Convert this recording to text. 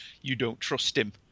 you-don't-trust-him